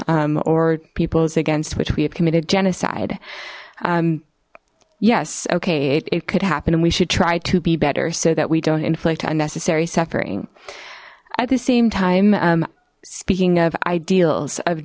peoples or people's against which we have committed genocide yes okay it could happen and we should try to be better so that we don't inflict unnecessary suffering at the same time speaking of ideals of